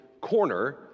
corner